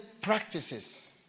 practices